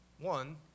One